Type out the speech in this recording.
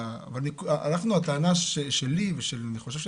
אבל הטענה שלי ושל אחרים אני חושב,